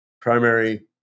primary